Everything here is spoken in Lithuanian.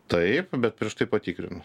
taip bet prieš tai patikrinus